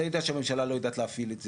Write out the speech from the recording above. אתה יודע שהממשלה לא יודעת להפעיל את זה,